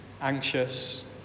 anxious